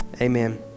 Amen